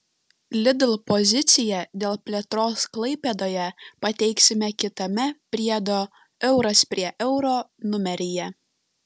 lidl poziciją dėl plėtros klaipėdoje pateiksime kitame priedo euras prie euro numeryje